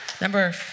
Number